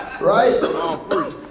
Right